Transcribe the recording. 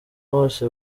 bose